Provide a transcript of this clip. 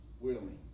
willing